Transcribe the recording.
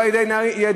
ולא על-ידי ילדים,